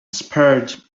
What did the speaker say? spared